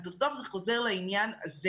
בסוף זה חוזר לעניין הזה